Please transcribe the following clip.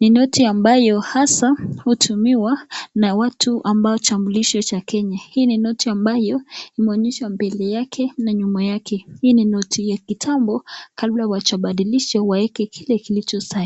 ni noti ambayo haswa hutumiwa na watu wana kitambulisho cha Kenya. Hii ni noti ambayo imeonyeshwa mbele na nyuma yake. Hii ni noti ya kitambo, kabla hawajabadilisha waeke kile kilicho saa hii.